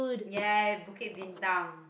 ya Bukit-Bintang